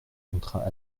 contrat